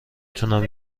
تونم